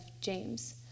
James